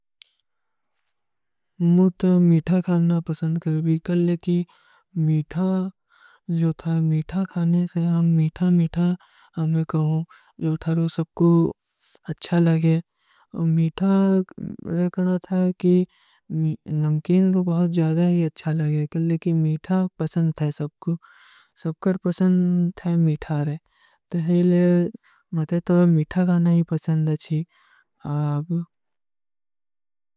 ମୁତ ମୀଠା ଖାନା ପସଂଦ କର ଭୀ କଲକି ମୀଠା କହାନେ ସେ ହମ ମୀଠା ମୀଠା ହମେଂ କହୋ ଜୋ ଥାରୋ ସବକୋ ଅଚ୍ଛା ଲଗେ। ମୀଠା ନମକେନ କୋ ବହୁତ ଜ୍ଯାଦା ହୈ ଏକ ଅଚ୍ଛା ଲଗେ କଲକି ମୀଠା ପସଂଦ ଥା ସବକୋ। ସବକର ପୁସଂଦ ହୈ ମୀଠା ରହେ ତୋ ହୀଲେ ମତେ ତୋ ମୀଠା ଗାନା ହୀ ପୁସଂଦ ଅଚ୍ଛୀ ଆବୂ।